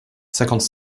cinquante